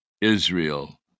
Israel